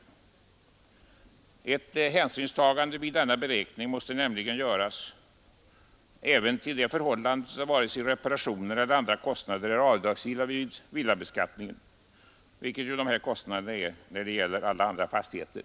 Ett hänsynstagande vid denna beräkning måste nämligen göras även till det förhållandet att varken reparationer eller andra kostnader är avdragsgilla vid villabeskattningen, vilket är fallet när det gäller alla andra fastigheter.